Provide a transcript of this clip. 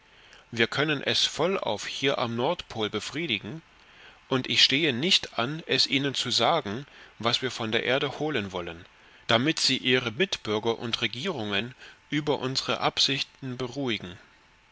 wir können es vollauf hier am nordpol befriedigen und ich stehe nicht an es ihnen zu sagen was wir von der erde holen wollen damit sie ihre mitbürger und regierungen über unsre absichten beruhigen